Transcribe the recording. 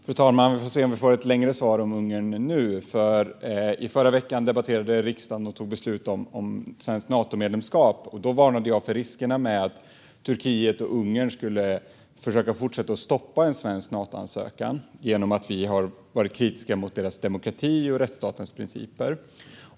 Fru talman! Vi får se om vi får ett längre svar om Ungern nu. I förra veckan debatterade riksdagen och tog beslut om ett svenskt Natomedlemskap. Då varnade jag för risken att Turkiet och Ungern skulle försöka fortsätta att stoppa den svenska ansökan eftersom vi har varit kritiska mot deras syn på demokrati och rättsstatens principer.